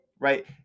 Right